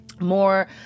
more